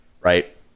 right